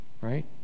right